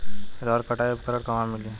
रहर कटाई उपकरण कहवा मिली?